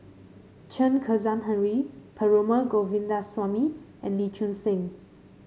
Chen Kezhan Henri Perumal Govindaswamy and Lee Choon Seng